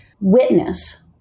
witness